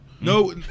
No